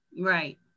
Right